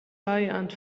and